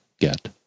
get